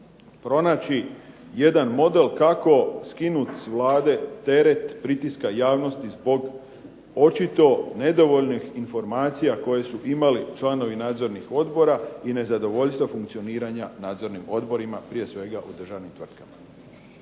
pronaći jedan model kako skinut s Vlade teret pritiska javnosti zbog očito nedovoljnih informacija koje su imali članovi nadzornih odbora i nezadovoljstvo funkcioniranja nadzornim odborima, prije svega u državnim tvrtkama.